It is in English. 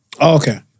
Okay